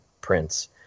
Prince